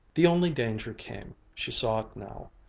the only danger came, she saw it now,